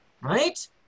right